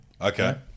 Okay